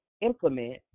implement